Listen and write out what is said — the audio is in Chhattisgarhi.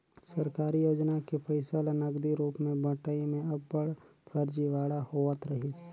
सरकारी योजना के पइसा ल नगदी रूप में बंटई में अब्बड़ फरजीवाड़ा होवत रहिस